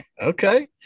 Okay